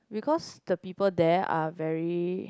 because the people there are very